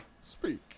Speak